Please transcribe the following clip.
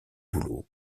boulots